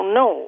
no